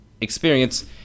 experience